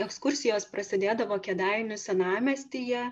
ekskursijos prasėdėdavo kėdainių senamiestyje